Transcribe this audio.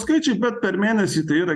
skaičiai bet per mėnesį tai yra